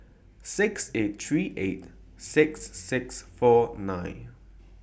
six eight three eight six six four nine